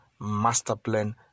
Masterplan